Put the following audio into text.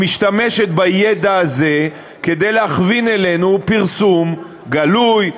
היא משתמשת בידע הזה כדי להכווין אלינו פרסום גלוי,